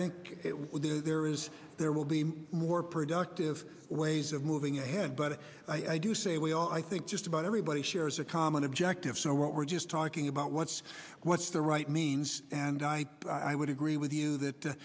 think there is there will be more productive ways of moving ahead but i do say we all i think just about everybody shares a common objective so what we're just talking about what's what's the right means and i would agree with you that